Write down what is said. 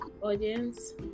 audience